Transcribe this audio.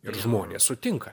ir žmonės sutinka